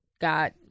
got